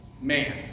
man